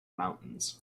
mountains